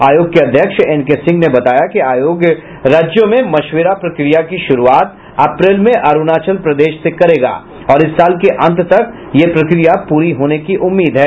आयोग के अध्यक्ष एनके सिंह ने बताया कि आयोग राज्यों में मशविरा प्रक्रिया की शुरुआत अप्रैल में अरुणाचल प्रदेश से करेगा और इस साल के अंत तक यह प्रक्रिया पूरी होने की उम्मीद है